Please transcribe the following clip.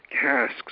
casks